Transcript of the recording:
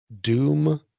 Doom